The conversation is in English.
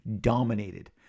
dominated